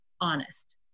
honest